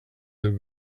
that